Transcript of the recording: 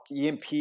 EMP